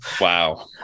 Wow